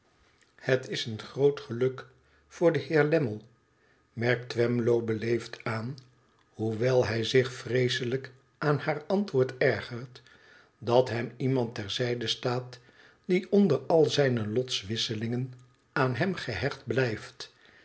het is een groot geluk voor den heer lammie merkt twemlow beleefd aan hoewel hij zich vreeselijk aan haar antwoord ergert t dat hem iemand ter zijde staat die onder al zijne lotwisselingen aan hem gehecht blijft